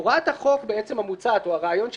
הוראת החוק המוצעת או הרעיון שמוצע,